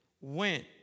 went